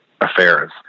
affairs